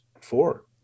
four